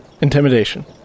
intimidation